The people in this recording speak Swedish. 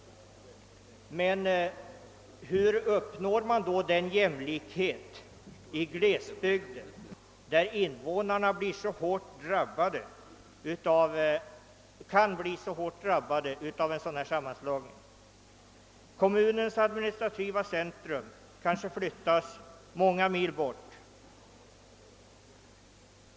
Men hur uppnår man jämlikhet i glesbygden där invånarna kan bli så hårt drabbade av en sammanslagning? Kommunens administrativa centrum kanske flyttas många mil bort.